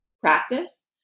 practice